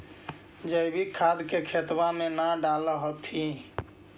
जैवीक खाद के खेतबा मे न डाल होथिं?